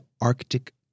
Arctic